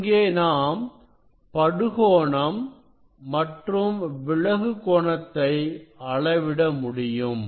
இங்கே நாம் படுகோணம் மற்றும் விலகு கோணத்தை அளவிட முடியும்